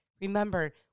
remember